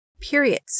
periods